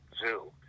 zoo